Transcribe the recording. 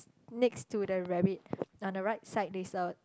next to the rabbit on the right side there's a